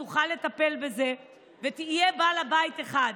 היא תוכל לטפל בזה ויהיה בעל בית אחד,